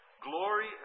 Glory